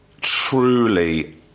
truly